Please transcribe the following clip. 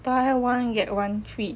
buy one get one free